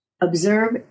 Observe